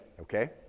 okay